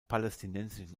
palästinensischen